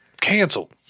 Canceled